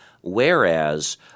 whereas